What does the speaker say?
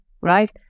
right